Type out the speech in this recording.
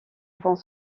avant